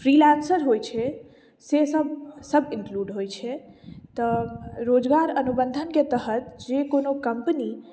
freelancer होइत छै सेसभ सब इन्क्लूड होइत छै तऽ रोजगार अनुबन्धनके तहत जे कोनो कम्पनी